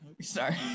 Sorry